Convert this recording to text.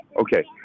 Okay